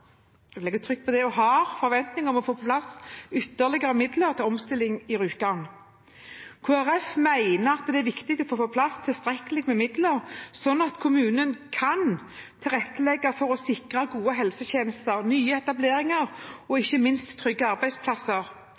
legger trykk på har – forventning om å få på plass ytterligere midler til omstilling på Rjukan. Kristelig Folkeparti mener at det er viktig å få på plass tilstrekkelig med midler, slik at kommunen kan tilrettelegge for å sikre gode helsetjenester, nye etableringer og, ikke minst, trygge arbeidsplasser,